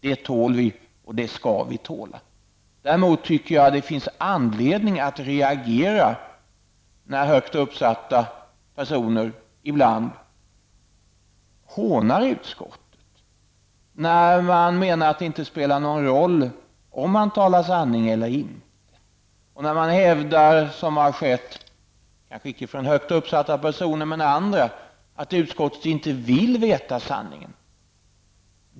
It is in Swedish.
Det tål vi och det skall vi tåla. Däremot tycker jag att det finns anledning att reagera när högt uppsatta personer ibland hånar utskottet, när man menar att det inte spelar någon roll om man talar sanning eller inte och när man hävdar, som har skett -- icke från högt uppsatta personer men andra --, att utskottet inte vill veta sanningen.